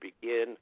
begin